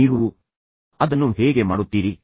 ನೀವು ಅದನ್ನು ಹೇಗೆ ಮಾಡುತ್ತೀರಿ